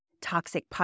toxic